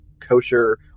kosher